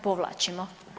Povlačimo.